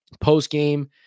Post-game